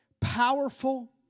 powerful